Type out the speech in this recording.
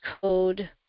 code